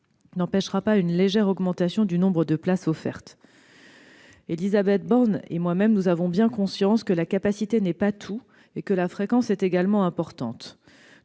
n'empêchera pas une légère augmentation du nombre de places offertes. Élisabeth Borne et moi-même avons bien conscience que la capacité n'est pas tout et que la fréquence est également importante.